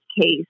case